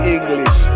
English